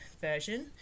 version